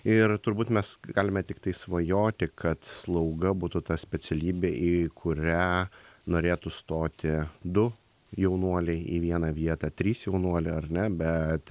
ir turbūt mes galime tiktai svajoti kad slauga būtų ta specialybė į kurią norėtų stoti du jaunuoliai į vieną vietą trys jaunuoliai ar ne bet